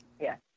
Yes